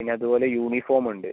പിന്നെ അതുപോലെ യൂണിഫോം ഉണ്ട്